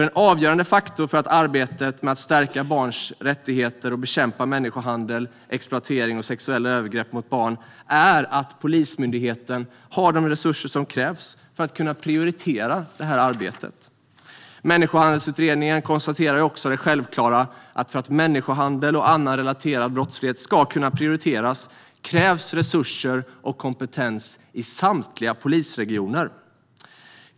En avgörande faktor för att arbetet med att stärka barns rättigheter och bekämpa människohandel, exploatering och sexuella övergrepp mot barn är att Polismyndigheten har de resurser som krävs för att kunna prioritera det arbetet. Människohandelsutredningen konstaterar också det självklara: För att människohandel och annan relaterad brottslighet ska kunna prioriteras krävs resurser och kompetens i samtliga polisregioner.